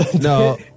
No